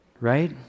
right